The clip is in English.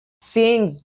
seeing